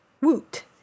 Woot